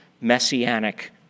messianic